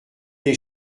des